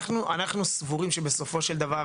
אנחנו סבורים שבסופו של דבר,